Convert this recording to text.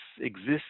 exists